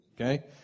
Okay